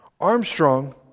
Armstrong